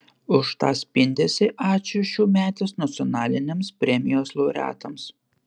už tą spindesį ačiū šiųmetės nacionalinėms premijos laureatams